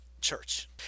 church